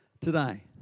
today